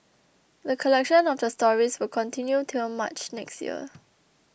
the collection of the stories will continue till March next year